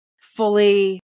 fully